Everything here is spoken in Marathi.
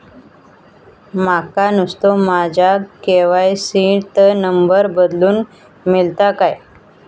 माका नुस्तो माझ्या के.वाय.सी त नंबर बदलून मिलात काय?